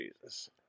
Jesus